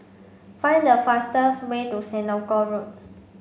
find the fastest way to Senoko Road